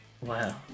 Wow